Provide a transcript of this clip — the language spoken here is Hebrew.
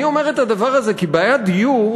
אני אומר את הדבר הזה כי בעיית הדיור,